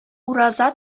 ураза